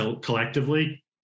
collectively